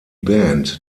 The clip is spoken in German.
band